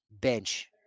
bench